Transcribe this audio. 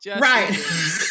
right